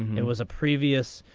it was a previous.